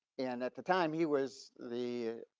and at the time, he was the